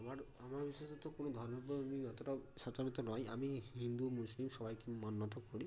আমার আমার বিশেষত কোনো ধর্মকেই আমি অতোটাও নয় আমি হিন্দু মুসলিম সবাইকেই মান্যতা করি